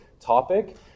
topic